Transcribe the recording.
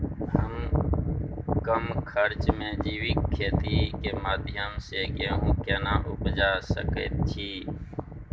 हम कम खर्च में जैविक खेती के माध्यम से गेहूं केना उपजा सकेत छी?